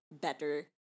better